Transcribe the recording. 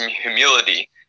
humility